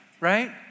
right